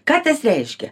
ką tas reiškia